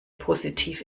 positiv